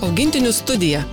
augintinių studija